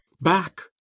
Back